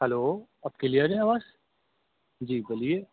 hello اب clear ہے آواز جی بولیے